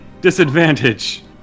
Disadvantage